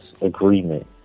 agreement